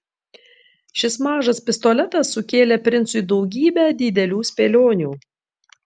šis mažas pistoletas sukėlė princui daugybę didelių spėlionių